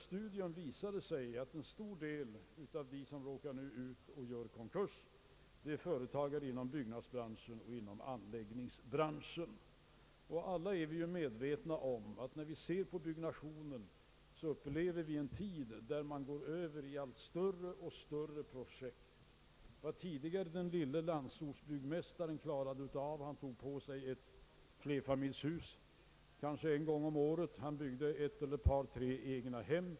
Det har visat sig att en stor del av de företag som nu gör konkurs är företag inom byggnadsbranschen och anläggningsbranschen. I fråga om byggnadsverksamheten upplever vi just nu en tid då man går över till allt större och större projekt. Den lille landsortsbyggmästaren tog tidigare på sig ett flerfamiljshus kanske en gång om året, han byggde ett eller ett par tre egnahem.